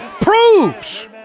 Proves